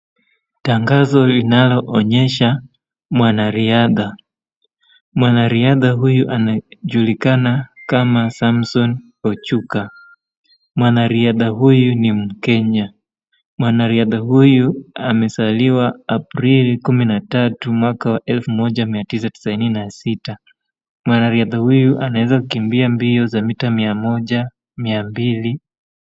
Tangazo linaloonyesha mwanariadha. Mwanariahda huyu anajulikana kama Samson Ochuka. MWanariadha huyu ni mkenya. Mwanariadha huyu amezaliwa Aprili kumi na tatu mwaka wa elfu moja mia tisa tisini na tisa, mwanariaha huyu anaweza kimbia mbio za mita mia moja, mia mbili.